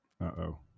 Uh-oh